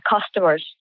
customers